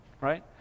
right